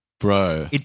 Bro